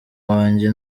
wanjye